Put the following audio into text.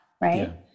right